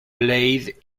played